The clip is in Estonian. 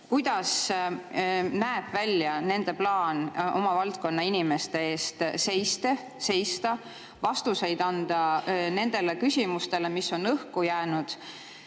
milline näeb välja nende plaan oma valdkonna inimeste eest seista, vastuseid anda nendele küsimustele, mis on õhku jäänud?